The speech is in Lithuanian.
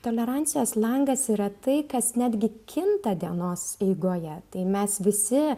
tolerancijos langas yra tai kas netgi kinta dienos eigoje tai mes visi